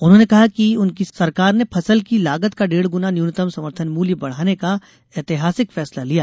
उन्होंने कहा कि उनकी सरकार ने फसल की लागत का डेढ़ गुना न्यूनतम समर्थन मूल्य बढ़ाने का एतिहासिक फैसला लिया